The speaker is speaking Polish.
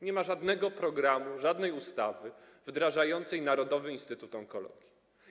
Nie ma żadnego programu, żadnej ustawy wdrażającej Narodowy Instytut Onkologii.